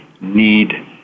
need